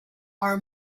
our